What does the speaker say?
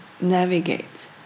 navigate